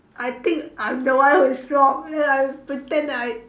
I think I'm the one who is wrong then I pretend that I